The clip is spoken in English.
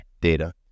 data